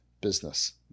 business